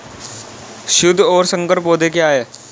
शुद्ध और संकर पौधे क्या हैं?